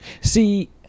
See